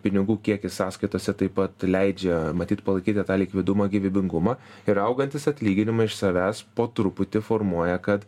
pinigų kiekis sąskaitose taip pat leidžia matyt palaikyti tą likvidumo gyvybingumą ir augantys atlyginimai iš savęs po truputį formuoja kad